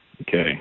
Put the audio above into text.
Okay